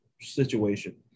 situation